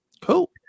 Cool